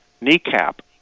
kneecap